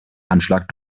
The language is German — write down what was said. anschlag